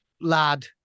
lad